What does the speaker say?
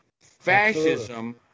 Fascism